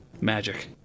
Magic